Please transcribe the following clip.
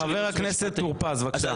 חבר הכנסת טור פז, בבקשה.